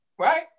Right